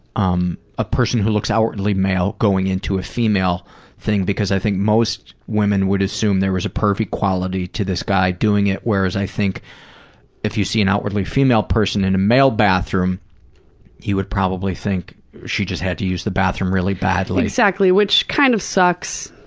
um a person who looks outwardly male going into a female thing because i think most women would assume there is a perfect quality to this guy doing it where is i think if you see an outwardly female person in the male bathroom he would probably think she just had to use the bathroom really badly. exactly. which kind of sucks.